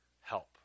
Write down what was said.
help